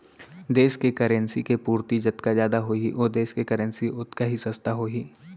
देस के करेंसी के पूरति जतका जादा होही ओ देस के करेंसी ओतका ही सस्ता होही